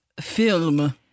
film